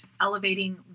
elevating